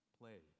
play